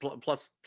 plus